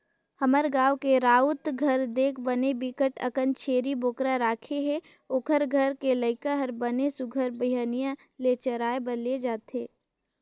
हमर गाँव के राउत घर देख बने बिकट अकन छेरी बोकरा राखे हे, ओखर घर के लइका हर बने सुग्घर बिहनिया ले चराए बर ले जथे